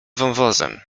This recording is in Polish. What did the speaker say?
wąwozem